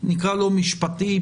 נקרא לו משפטי,